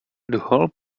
whole